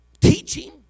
teaching